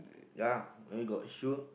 ya maybe got shoe